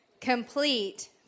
Complete